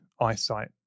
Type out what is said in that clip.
eyesight